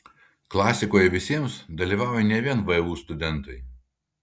klasikoje visiems dalyvauja ne vien vu studentai